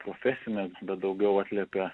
profesinės bet daugiau atliepia